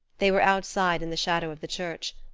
they were outside in the shadow of the church.